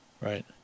Right